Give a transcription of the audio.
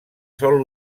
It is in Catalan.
sol